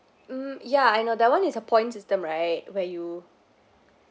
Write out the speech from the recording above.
mm yeah I know that one is a points system right where you